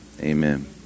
Amen